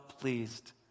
pleased